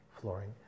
flooring